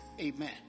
Amen